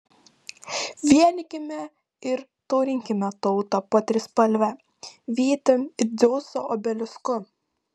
vienykime ir taurinkime tautą po trispalve vytim ir dzeuso obelisku